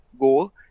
goal